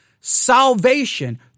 salvation